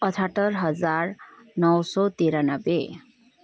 अठहत्तर हजार नौ सौ त्रियानब्बे